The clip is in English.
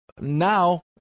now